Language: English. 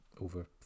over